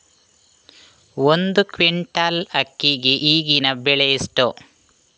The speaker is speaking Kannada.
ಒಂದು ಕ್ವಿಂಟಾಲ್ ಅಕ್ಕಿಗೆ ಈಗಿನ ಬೆಲೆ ಎಷ್ಟು?